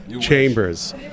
chambers